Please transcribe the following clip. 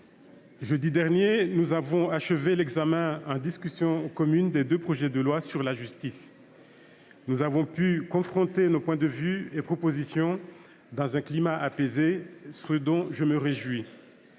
jeudi dernier, nous avons achevé l'examen en discussion commune des deux projets de loi sur la justice. Nous avons pu confronter nos points de vue et nos propositions dans un climat apaisé, ce dont je me réjouis.